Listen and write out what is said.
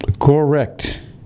Correct